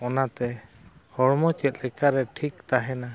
ᱚᱱᱟᱛᱮ ᱦᱚᱲᱢᱚ ᱪᱮᱫ ᱞᱮᱠᱟ ᱨᱮ ᱴᱷᱤᱠ ᱛᱟᱦᱮᱱᱟ